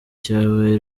cyabaye